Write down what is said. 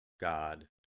God